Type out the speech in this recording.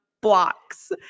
blocks